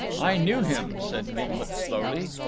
i knew him, said gimblet slowly.